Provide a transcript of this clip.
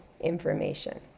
information